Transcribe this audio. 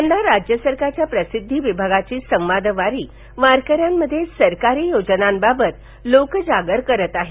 यंदा राज्यसरकारच्या प्रसिद्धी विभागाची संवादवारी वारकऱ्यांमध्ये सरकारी योजनांबाबत लोकजागर करते आहे